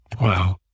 Wow